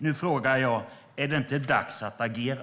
Nu frågar jag: Är det inte dags att agera?